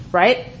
right